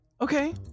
Okay